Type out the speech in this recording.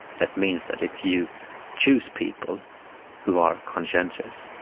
that means that if you choose people who are conscientious,